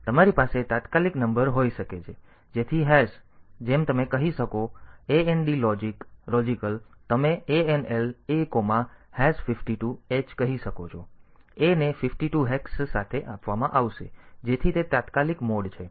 તેથી તમારી પાસે તાત્કાલિક નંબર હોઈ શકે છે તેથી હેશ જેમ તમે કહી શકો AND લોજિકલ તમે ANL A 52h કહી શકો A ને 52 હેક્સ સાથે આપવામાં આવશે જેથી તે તાત્કાલિક મોડ છે